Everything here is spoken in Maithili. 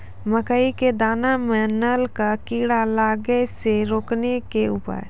मकई के दाना मां नल का कीड़ा लागे से रोकने के उपाय?